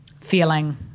feeling